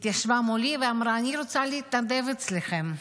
התיישבה מולי ואמרה: אני רוצה להתנדב אצלכם.